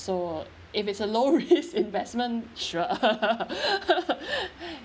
so if it's a low risk investment sure